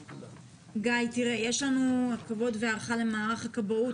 גיא, תראה, יש לנו הכבוד וההערכה למערך הכבאות.